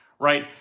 right